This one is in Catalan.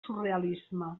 surrealisme